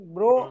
Bro